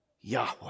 Yahweh